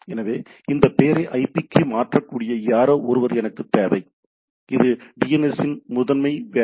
எனவே இந்த பெயரை ஐபிக்கு மாற்றக்கூடிய யாரோ ஒருவர் எனக்குத் தேவை அது டிஎன்எஸ்ஸின் முதன்மை வேலையின் வேலை